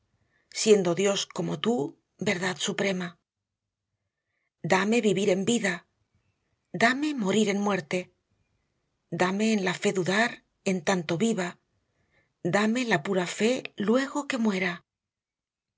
siendo dios como tú verdad suprema dame vivir en vida dame morir en muerte dame en la fe dudar en tanto viva dame la pura fe luego que muera